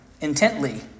intently